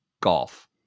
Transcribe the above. golf